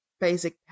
basic